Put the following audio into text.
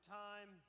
time